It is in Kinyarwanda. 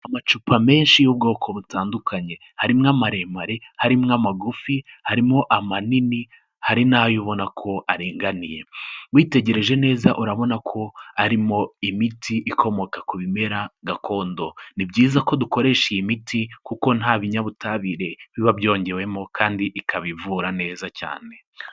Amacupa menshi y'ubwoko butandukanye: harimo amaremare, harimo amagufi, harimo amanini, hari n'ayo ubona ko aringaniye. Witegereje neza urabona ko arimo imiti ikomoka ku bimera gakondo. Ni byiza ko dukoresha iyi miti kuko nta binyabutabire biba byongewemo kandi ikaba ivura neza cyane.